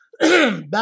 back